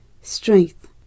strength